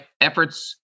efforts